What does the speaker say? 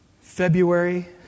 February